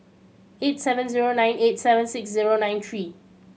eight seven zero nine eight seven six zero nine three